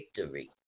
victory